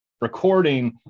recording